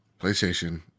PlayStation